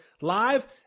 live